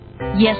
Yes